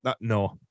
No